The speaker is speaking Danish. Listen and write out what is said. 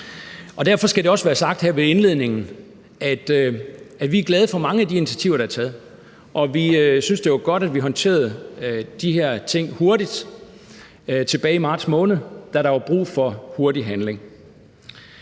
Derfor skal det også være sagt her ved indledningen, at vi er glade for mange af de initiativer, der er taget, og vi synes, det er godt, at vi håndterede de her ting hurtigt tilbage i marts måned, da der var brug for hurtig handling.